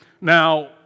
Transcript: Now